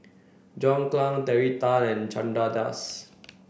John Clang Terry Tan and Chandra Das